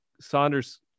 Saunders